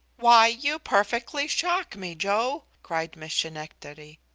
why, you perfectly shock me, joe, cried miss schenectady.